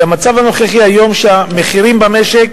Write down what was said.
והמצב הנוכחי היום הוא שהמחירים במשק